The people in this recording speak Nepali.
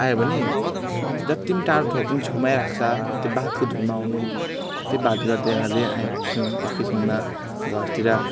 आयो भने जत्ति पनि टाढो ठो पनि छेउमै राख्छ त्यो बातको धुनमा हुनु त्यो बात गर्दै गर्दै आइपुग्छौँ एकैछिनमा घरतिर